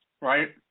Right